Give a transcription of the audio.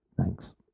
Thanks